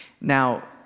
Now